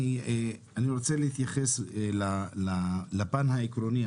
אדוני היושב-ראש, אני רוצה להתייחס לפן העקרוני.